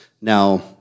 Now